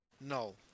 No